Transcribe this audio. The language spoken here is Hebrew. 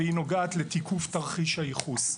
והיא נוגעת לתיקוף תרחיש הייחוס.